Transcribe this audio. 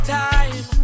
time